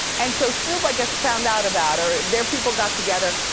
and so snoop, i guess, found out about her, their people got together.